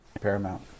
paramount